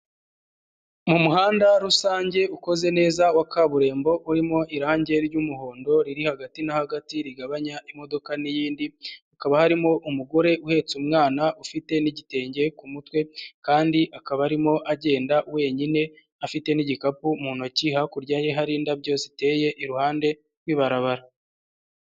Ni umuhanda rusange ukoze neza wa kaburimbo urimo irangi ry'umuhondo riri hagati na hagati rigabanya imodoka n'iyindi, hakaba harimo umugore uhetse umwana ufite n'igitenge ku mutwe kandi akaba arimo agenda wenyine afite n'igikapu mu ntoki, hakurya y ye hari indabyo ziteye iruhande rw'ibarabara.